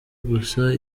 gusa